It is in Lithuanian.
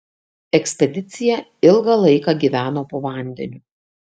ekspedicija ilgą laiką gyveno po vandeniu